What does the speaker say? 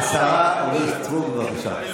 השרה אורית סטרוק, בבקשה.